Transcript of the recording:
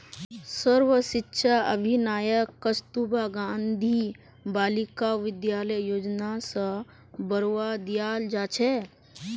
सर्व शिक्षा अभियानक कस्तूरबा गांधी बालिका विद्यालय योजना स बढ़वा दियाल जा छेक